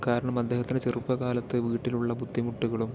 കാരണം അദ്ദേഹത്തിൻ്റെ ചെറുപ്പകാലത്ത് വീട്ടിലുള്ള ബുദ്ധിമുട്ടുകളും